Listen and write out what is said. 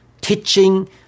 teaching